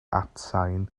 atsain